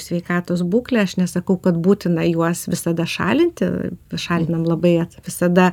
sveikatos būklę aš nesakau kad būtina juos visada šalinti pašalinam labai visada